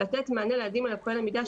לתת מענה לילדים לקויי למידה,